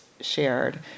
shared